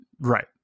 Right